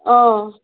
অ